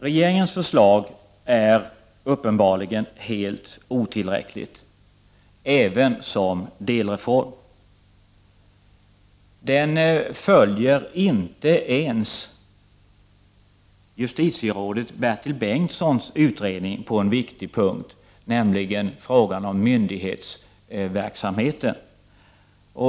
Regeringens förslag är uppenbarligen helt otillräckligt, även som delreform. Det följer inte ens justitierådet Bertil Bengtssons utredning på en viktig punkt, nämligen beträffande frågan om myndighetsverksamheten.